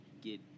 get